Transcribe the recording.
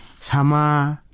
sama